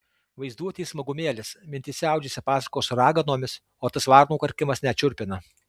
vaizduotei smagumėlis mintyse audžiasi pasakos su raganomis o tas varnų karkimas net šiurpina